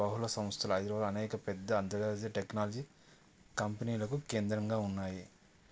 బహుళ సంస్థలు హైదరాబాద్ అనేక పెద్ద అంతర్జాతీయ టెక్నాలజీ కంపెనీలకు కేంద్రంగా ఉన్నాయి